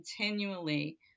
continually